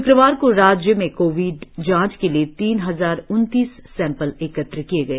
शुक्रवार को राज्य में कोविड जांच के लिए तीन हजार उनतीस सैंपल एकत्र किए गए